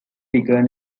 figure